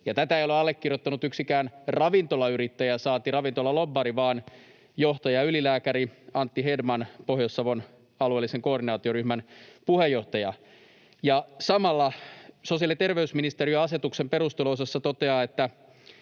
Tätä ei ole allekirjoittanut yksikään ravintolayrittäjä, saati ravintolalobbari, vaan johtajaylilääkäri Antti Hedman, Pohjois-Savon alueellisen koordinaatioryhmän puheenjohtaja, joka samalla sosiaali‑ ja terveysministeriön asetuksen osalta perusteluosassa toteaa, että